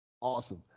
awesome